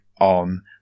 on